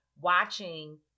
watching